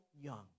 young